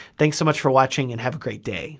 thanks so much for watching and have a great day.